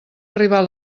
arribar